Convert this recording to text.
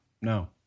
No